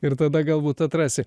ir tada galbūt atrasi